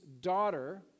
daughter